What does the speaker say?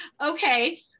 okay